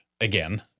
again